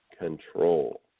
control